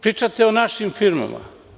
Pričate o našim firmama.